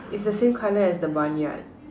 it's the same colour as the barnyard